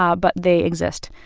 ah but they exist.